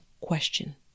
question